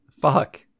fuck